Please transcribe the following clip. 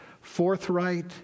forthright